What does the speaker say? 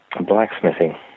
blacksmithing